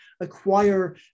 acquire